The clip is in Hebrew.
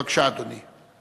בבקשה, אדוני.